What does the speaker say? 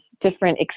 different